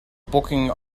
booking